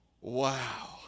wow